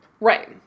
Right